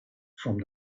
from